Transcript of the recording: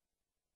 בהם.